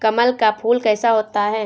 कमल का फूल कैसा होता है?